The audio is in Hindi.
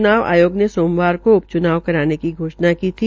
च्नाव आयोग ने सोमवार को उ च्नाव कराने की घोषणा की थी